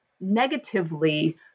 negatively